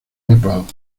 nepal